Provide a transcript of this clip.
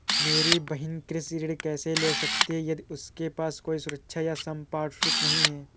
मेरी बहिन कृषि ऋण कैसे ले सकती है यदि उसके पास कोई सुरक्षा या संपार्श्विक नहीं है?